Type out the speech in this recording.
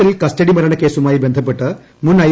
ഗുജറാത്തിൽ കസ്റ്റഡി മരണക്കേസുമായി ബന്ധപ്പെട്ട് മുൻ ഐ